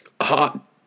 hot